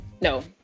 No